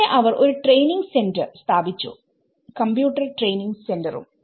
ഇവിടെ അവർ ഒരു ട്രെയിനിങ് സെന്റർ സ്ഥാപിച്ചു കമ്പ്യൂട്ടർ ട്രെയിനിങ് സെന്ററും